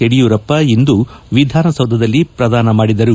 ಯಡಿಯೂರಪ್ಪ ಇಂದು ವಿಧಾನಸೌಧದಲ್ಲಿ ಪ್ರದಾನ ಮಾಡಿದರು